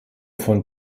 von